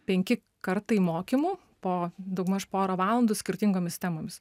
penki kartai mokymų po daugmaž porą valandų skirtingomis temomis